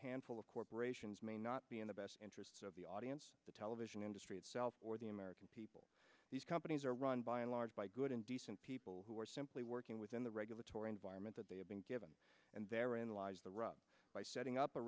handful of corporations may not be in the best interest of the audience the television industry itself or the american people these companies are run by and large by good and decent people who are simply working within the regulatory environment that they have been given and therein lies the rub by setting up a